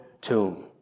tomb